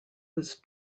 was